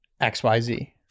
xyz